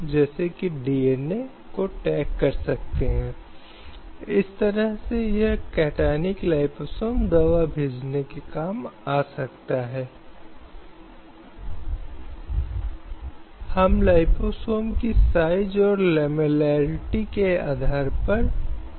और जैसा कि अशोक कुमार टोडी के छंद किशन जहान 2011 में सामने आया है यदि किसी व्यक्ति की पसंद के व्यक्ति से शादी करने का अधिकार भारतीय संविधान के अनुच्छेद 19 के तहत एक बार जाति के बाहर होने की गारंटी है